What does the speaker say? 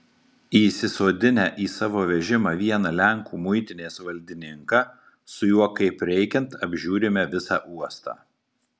įsisodinę į savo vežimą vieną lenkų muitinės valdininką su juo kaip reikiant apžiūrime visą uostą